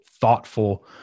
thoughtful